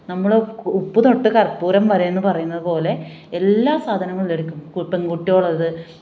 നമ്മൾ ഉപ്പ് തൊട്ട് കർപ്പൂരം വരെ എന്ന് പറയുന്നത് പോലെ എല്ലാ സാധനങ്ങളും എടുക്കും കു പെൺകുട്ടികളുടേത്